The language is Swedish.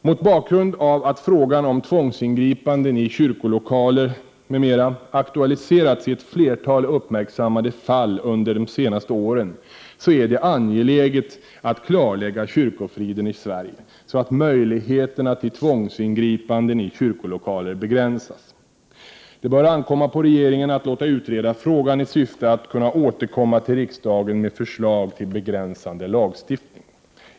Mot bakgrund av att frågan om tvångsingripanden i kyrkolokaler m.m. aktualiserats i ett flertal uppmärksammade fall under de senaste åren är det angeläget att klarlägga kyrkofriden i Sverige, så att möjligheterna till tvångsingripanden i kyrkolokaler begränsas. Det bör ankomma på regeringen att låta utreda frågan i syfte att kunna återkomma till riksdagen med förslag till begränsande lagstiftning.